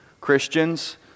Christians